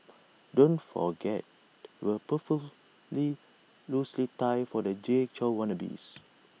don't forget the loosened tie for the Jay Chou wannabes